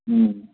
ꯎꯝ